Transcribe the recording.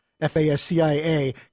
F-A-S-C-I-A